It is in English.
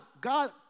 God